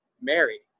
Mary